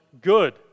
Good